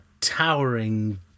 towering